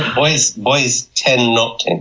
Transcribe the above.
boys boys tend not to.